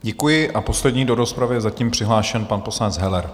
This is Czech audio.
Děkuji a poslední do rozpravy je zatím přihlášen pan poslanec Heller.